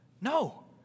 no